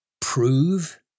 prove